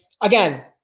again